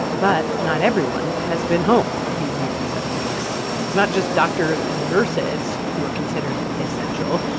but not everyone has been home these nearly seven weeks. it's not just doctors and nurses who are considered essential.